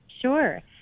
Sure